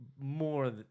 more